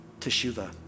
Teshuva